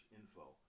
Info